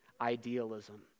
idealism